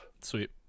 Sweet